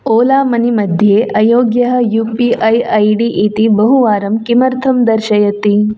Ola money मध्ये अयोग्यः U P I I D इति बहुवारं किमर्थं दर्शयति